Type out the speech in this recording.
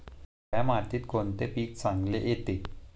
काळ्या मातीत कोणते पीक चांगले येते?